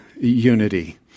unity